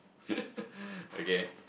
okay